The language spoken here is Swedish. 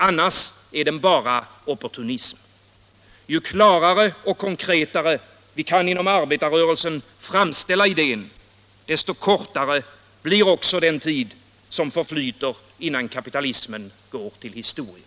Annars är den bara opportunism. Ju klarare och konkretare vi inom arbetarrörelsen kan framställa idén, desto kortare blir den tid som förflyter innan kapitalismen går till historien.